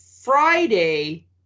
Friday